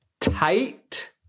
tight